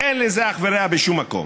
אין לזה אח ורע בשום מקום.